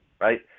right